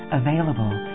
available